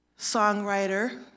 songwriter